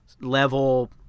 level